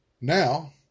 Now